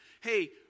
Hey